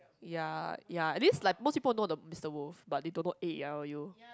ya ya at least like most people will know the Mister Wolf but they don't know A E I O U